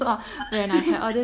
yeah